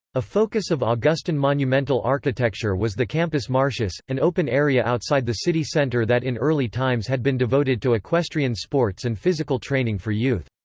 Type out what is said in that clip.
a focus of augustan monumental architecture was the campus martius, an open area outside the city centre that in early times had been devoted to equestrian sports and physical training for youth.